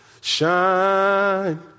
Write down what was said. shine